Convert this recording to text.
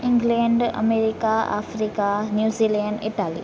England America Africa New Zealand Italy